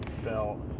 fell